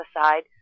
aside